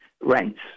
rents